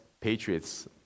patriots